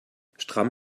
stramm